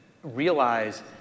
realize